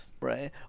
right